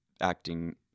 acting